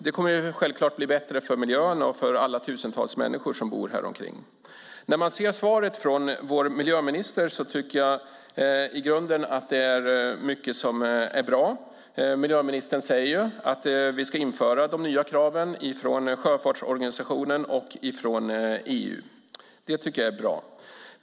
Det kommer självfallet att innebära förbättringar för miljön och för alla de tusentals människor som bor runt omkring. Jag tycker i grunden att det är mycket som är bra i miljöministerns svar. Miljöministern säger att vi ska införa de nya kraven från sjöfartsorganisationen och EU. Det tycker jag är bra.